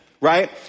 Right